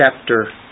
chapter